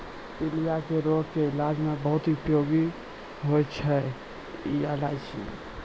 पीलिया के रोग के इलाज मॅ बहुत उपयोगी होय छै बड़ी इलायची